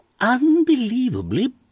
unbelievably